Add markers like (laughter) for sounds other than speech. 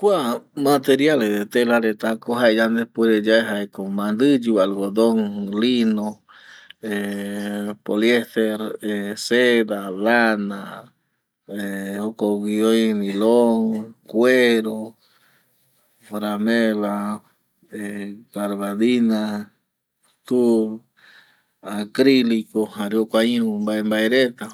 Kua materiale de tela reta ko jae yandepuere yae jaeko mandɨyu algodón, lino, (hesitation) poliester (hesitation) seda, lana (hesitation) jokogui oi milon, cuero, framela (hesitation) garbalina, tul acrilico jare jokua iru mbae mbae reta